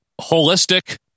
holistic